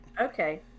Okay